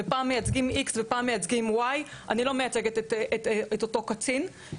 ופעם מייצגים X ופעם מייצגים Y. אני לא מייצגת את אותו קצין,